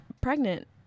pregnant